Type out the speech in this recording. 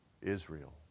Israel